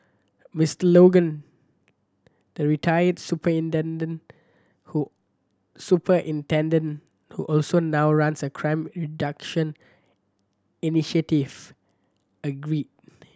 Mister Logan the retired superintendent who superintendent who also now runs a crime reduction initiative agreed